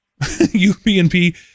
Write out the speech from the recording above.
UPnP